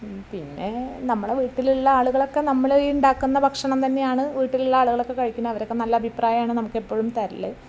പിന്നെ നമ്മളുടെ വീട്ടിലുള്ള ആളുകളൊക്കെ നമ്മള് ഈ ഉണ്ടാക്കുന്ന ഭക്ഷണം തന്നെയാണ് വീട്ടിലുള്ള ആളുകളൊക്കെ കഴിക്കുന്നത് അവരൊക്കെ നല്ല അഭിപ്രായമാണ് നമുക്ക് എപ്പോഴും തരല്